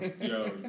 yo